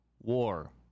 war